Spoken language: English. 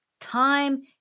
time